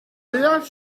wyau